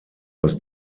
aus